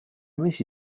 mesi